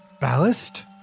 Ballast